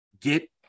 get